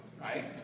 right